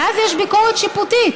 ואז יש ביקורת שיפוטית.